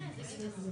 אתה נראה לי עייף.